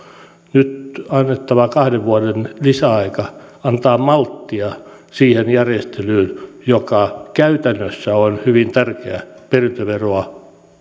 nyt annettava kahden vuoden lisäaika antaa malttia siihen järjestelyyn joka käytännössä on hyvin tärkeä perintöveroa